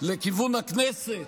לכיוון הכנסת,